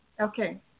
Okay